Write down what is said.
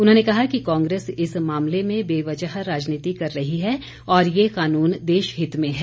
उन्होंने कहा कि कांग्रेस इस मामले में बेवजह राजनीति कर रही है और ये कानून देशहित में है